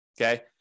okay